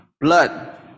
blood